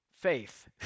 faith